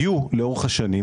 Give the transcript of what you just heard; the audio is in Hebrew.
לאורך השנים,